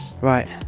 Right